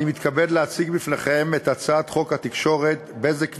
אני מתכבד להציג בפניכם את הצעת חוק התקשורת (בזק ושידורים)